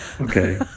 Okay